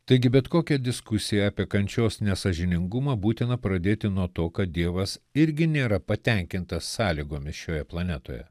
taigi bet kokią diskusiją apie kančios nesąžiningumą būtina pradėti nuo to kad dievas irgi nėra patenkintas sąlygomis šioje planetoje